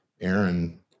Aaron